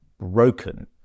broken